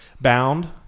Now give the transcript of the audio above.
*Bound*